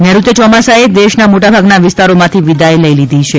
નૈઋત્યના ચોમાસાએ દેશના મોટાભાગના વિસ્તારોમાંથી વિદાઇ લઇ લીધી છે